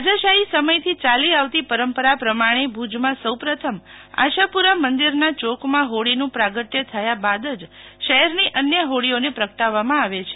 રાજાશાહી સમય થી ચાલી આવતી પરંપરા પ્રમાણે ભુજમાં સૌ પ્રથમ આશાપુરા મંદિરના ચોકમાં હોળીનું પ્રાગ્રટ્ય થયા બાદ જ શહેરની અન્ય હોલીઓને પ્રગટાવવામાં આવશે